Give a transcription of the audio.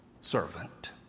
servant